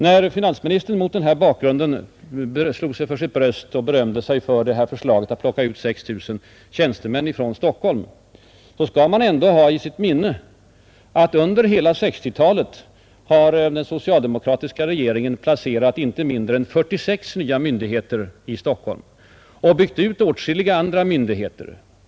När finansministern mot den bakgrunden slog sig för sitt bröst och berömde sig för sitt förslag att plocka bort 6 000 tjänstemän från Stockholm, skall man ändå hålla i minnet att den socialdemokratiska regeringen under 1960-talet placerat inte mindre än 46 nya myndigheter i Stockholm och byggt ut än flera andra myndigheter.